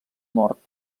mort